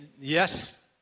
Yes